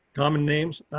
common names.